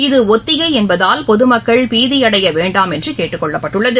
இது ஒத்திகைஎன்பதால் பொதுமக்கள் பீதிஅடையவேண்டாம் என்றுகேட்டுக்கொள்ளப்பட்டுள்ளது